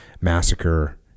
Massacre